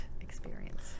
experience